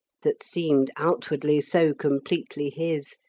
that seemed outwardly so completely his,